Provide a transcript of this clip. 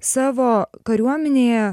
savo kariuomenėje